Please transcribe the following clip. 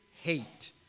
hate